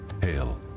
Hail